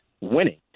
winning